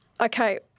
Okay